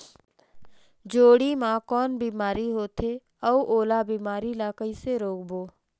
जोणी मा कौन बीमारी होथे अउ ओला बीमारी ला कइसे रोकबो?